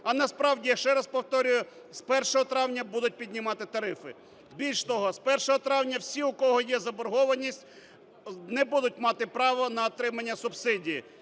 А насправді, я ще раз повторюю, з 1 травня будуть піднімати тарифи. Більш того, з 1 травня всі, у кого є заборгованість, не будуть мати права на отримання субсидії.